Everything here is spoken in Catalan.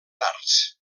arts